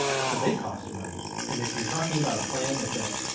so they cost money. and if you're talking about a plan that's at.